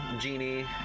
Genie